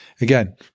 Again